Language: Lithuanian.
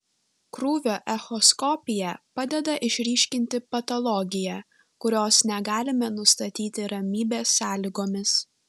krūvio echoskopija padeda išryškinti patologiją kurios negalime nustatyti ramybės sąlygomis